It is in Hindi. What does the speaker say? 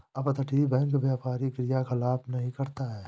अपतटीय बैंक व्यापारी क्रियाकलाप नहीं करता है